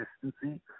consistency